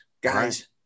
guys